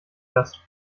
das